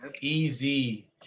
Easy